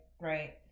right